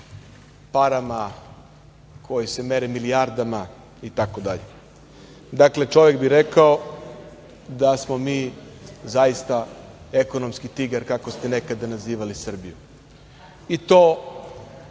parama koje se mere milijardama itd. Dakle, čovek bi rekao da smo mi zaista ekonomski tigar, kako ste nekada nazivali Srbiju i to